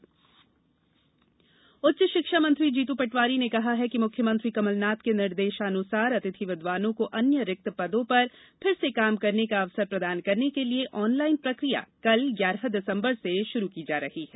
अतिथि विदवान उच्च शिक्षा मंत्री जीतू पटवारी ने कहा है कि मुख्यमंत्री कमल नाथ के निर्देशानुसार अतिथि विद्वानों को अन्य रिक्त पदों पर फिर से काम करने का अवसर प्रदान करने के लिये ऑनलाइन प्रक्रिया कल से शुरू की जा रही है